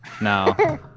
No